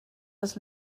das